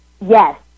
Yes